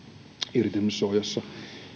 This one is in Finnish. irtisanomissuojassa